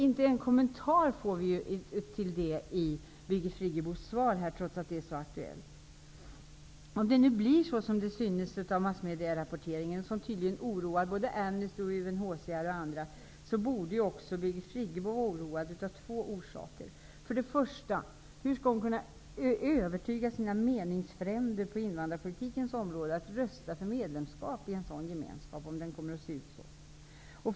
Inte en kommentar kring det får vi i Birgit Friggebos svar, trots att det är så aktuellt. Om det nu blir så som det synes av massmediarapporteringen och som tydligen oroar både Amnesty och UNHCR, borde också Birgit Friggebo vara oroad av två orsaker. För det första: Hur skall hon kunna övertyga sina meningsfränder på invandrarpolitikens område att rösta för medlemskap i en sådan gemenskap, om den kommer att ha den inriktningen?